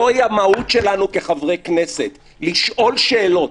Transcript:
זו המהות שלנו כחברי כנסת לשאול שאלות.